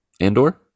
Andor